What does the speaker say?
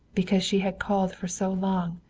because she had called for so long,